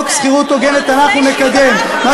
כן, מה